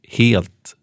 helt